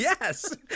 yes